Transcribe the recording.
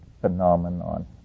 phenomenon